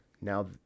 Now